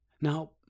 Now